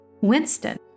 Winston